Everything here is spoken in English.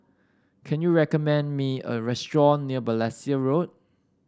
can you recommend me a restaurant near Balestier Road